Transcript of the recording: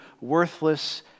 worthless